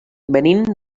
venim